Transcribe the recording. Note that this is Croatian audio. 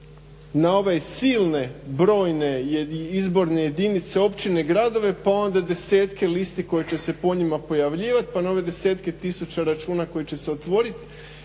na ove silne, brojne izborne jedinice, općine i gradove pa onda i desetke listi koje će se po njima pojavljivat pa na ove desetke tisuća računa koje će se otvorit